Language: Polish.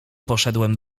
poszedłem